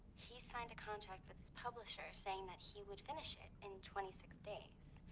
he signed a contract with his publisher saying that he would finish it in twenty six days.